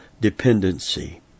dependency